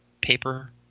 paper